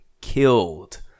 killed